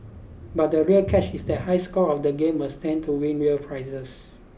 but the real catch is that high scorers of the game will stand to win real prizes